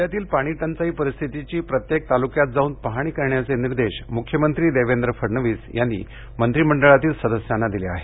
राज्यातील पाणीटंचाई परिस्थितीची प्रत्येक तालुक्यात जाऊन पाहणी करण्याचे निर्देश मुख्यमंत्री देवेंद्र फडणवीस यांनी मंत्रिमंडळातील सदस्यांना दिले आहेत